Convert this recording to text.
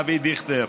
אבי דיכטר,